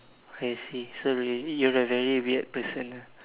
I see sorry you're a very weird person ah